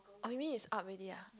oh you mean it's up already ah